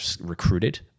recruited